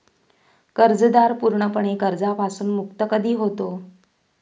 कर्जदार पूर्णपणे कर्जापासून मुक्त कधी होतो?